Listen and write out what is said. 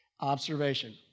Observation